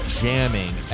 jamming